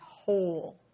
whole